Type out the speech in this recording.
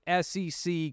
SEC